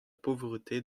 pauvreté